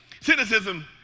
Cynicism